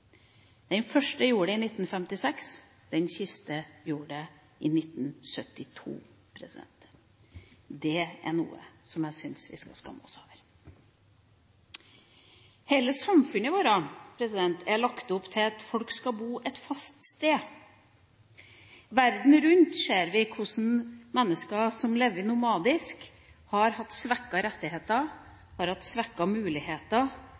Den første fikk det i 1956, den siste i 1972. Det er noe som jeg syns vi skal skamme oss over. Hele samfunnet vårt er lagt opp til at folk skal bo et fast sted. Verden rundt ser vi hvordan mennesker som lever nomadisk, har hatt svekkede rettigheter, svekkede muligheter og har blitt diskriminert. Vi har også hatt